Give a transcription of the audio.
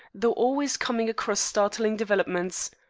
though always coming across startling developments.